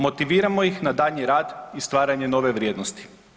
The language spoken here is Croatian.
Motiviramo ih na daljnji rad i stvaranje nove vrijednosti.